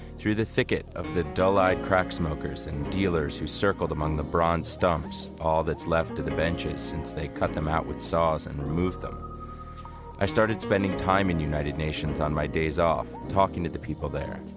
through the thicket of the dull-eyed crack smokers and dealers who circled among the bronze stumps all that's left of the benches since they cut them out with saws and removed them i started spending time in united nations on my days off, talking to the people there.